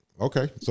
Okay